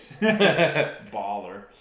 Baller